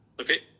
Okay